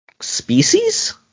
Species